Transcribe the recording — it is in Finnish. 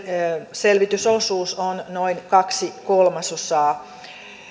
selvitysosuus on noin kaksi kolmasosaa